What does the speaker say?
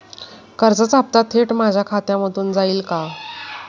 कर्जाचा हप्ता थेट माझ्या खात्यामधून जाईल का?